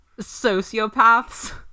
sociopaths